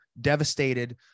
devastated